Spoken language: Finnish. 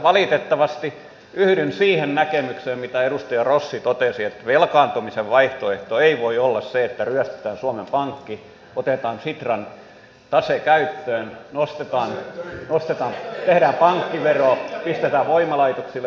valitettavasti yhdyn siihen näkemykseen mitä edustaja rossi totesi että velkaantumisen vaihtoehto ei voi olla se että ryöstetään suomen pankki otetaan sitran tase käyttöön tehdään pankkivero pistetään voimalaitoksille vero